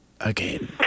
again